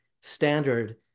standard